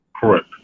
Correct